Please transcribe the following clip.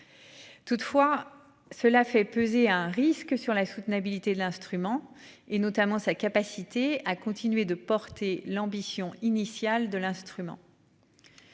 Toutefois cela fait peser un risque sur la soutenabilité de l'instrument et notamment sa capacité à continuer de porter l'ambition initiale de l'instrument.--